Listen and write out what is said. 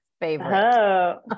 favorite